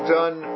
done